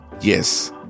Yes